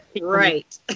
Right